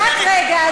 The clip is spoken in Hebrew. רק רגע,